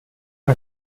una